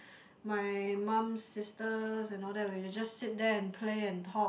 my mum's sisters and all that we will just sit there and play and talk